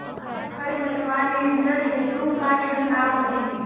खर पतवार नियंत्रण हेतु का छिड़काव करी?